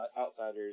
Outsiders